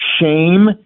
shame